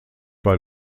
war